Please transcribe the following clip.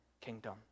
kingdom